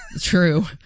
True